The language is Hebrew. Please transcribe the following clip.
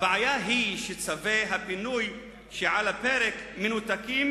הבעיה היא שצווי הפינוי שעל הפרק מנותקים